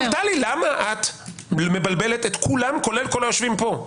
למה את מבלבלת את כולם כולל כל היושבים פה?